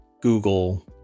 Google